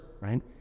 right